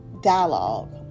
dialogue